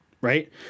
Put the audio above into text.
Right